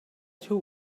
too